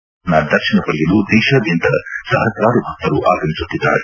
ಕೇದಾರನಾಥನ ದರ್ಶನ ಪಡೆಯಲು ದೇಶಾದ್ಭಂತ ಸಹಸ್ರಾರು ಭಕ್ತರು ಆಗಮಿಸುತ್ತಿದ್ದಾರೆ